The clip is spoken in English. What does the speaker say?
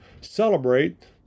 celebrate